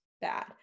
bad